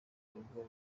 rugo